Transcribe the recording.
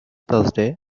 thursday